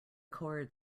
cord